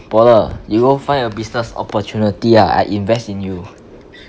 bo le you go find your business opportunity ah I invest in you